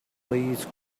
please